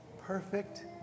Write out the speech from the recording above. perfect